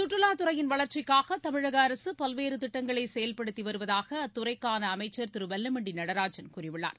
சுற்றுலாத் துறையின் வளர்ச்சிக்காக தமிழக அரசு பல்வேறு திட்டங்களை செயல்படுத்தி வருவதாக அத்துறைக்கான அமைச்சர் திரு வெல்லமண்டி நடராஜன் கூறியுள்ளார்